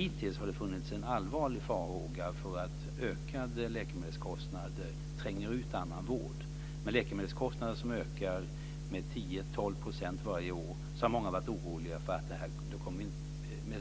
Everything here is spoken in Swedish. Hittills har det nämligen funnits en allvarlig farhåga för att ökande läkemedelskostnader tränger ut annan vård. Med en utveckling med läkemedelskostnader som ökar med 10-12 % varje år har många varit oroliga för att vi